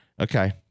Okay